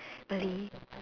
really